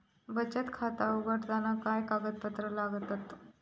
बचत खाता उघडताना काय कागदपत्रा लागतत?